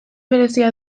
berezia